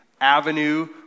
avenue